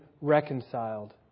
reconciled